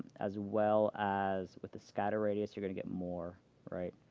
as well as with the scatter radius, you're going to get more right?